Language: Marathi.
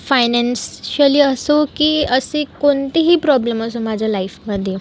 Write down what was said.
फायनॅसन्शिअली असो की असे कोणतेही प्रॉब्लेम असो माझ्या लाईफमध्ये